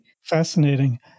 Fascinating